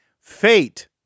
Fate